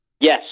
Yes